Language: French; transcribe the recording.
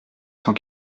cent